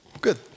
Good